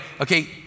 Okay